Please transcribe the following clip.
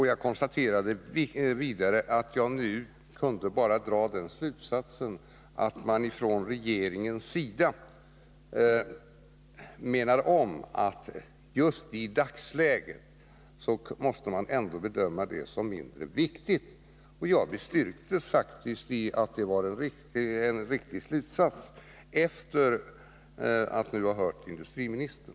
Jag konstaterade vidare att jag nu bara kan dra den slutsatsen att regeringen menar att det målet i dagsläget ändå måste bedömas som mindre viktigt. Jag är faktiskt styrkt i uppfattningen att det var en riktig slutsats efter att nu ha lyssnat på industriministern.